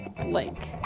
Blank